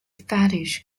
fetish